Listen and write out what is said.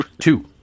Two